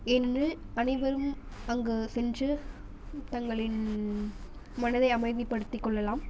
ஏனெனில் அனைவரும் அங்கு சென்று தங்களின் மனதை அமைதி படுத்திக்கொள்ளலாம்